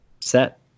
set